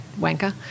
wanker